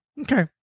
Okay